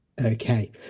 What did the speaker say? Okay